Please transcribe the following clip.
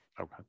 okay